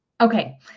Okay